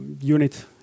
unit